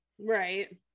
Right